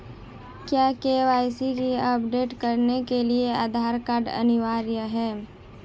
क्या KYC update करने के लिए आधार कार्ड अनिवार्य है?